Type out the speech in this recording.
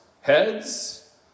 heads